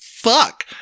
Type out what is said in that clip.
fuck